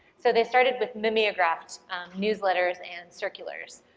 so they started with mimeographed newsletters and circulars,